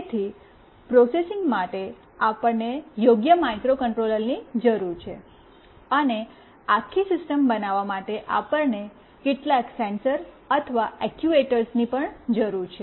તેથી પ્રોસેસિંગ માટે આપણને યોગ્ય માઇક્રોકન્ટ્રોલરની જરૂર છે અને આખી સિસ્ટમ બનાવવા માટે આપણને કેટલાક સેન્સર અથવા ઐક્ચૂઐટરસની પણ જરૂર છે